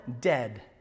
dead